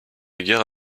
guerre